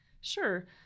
Sure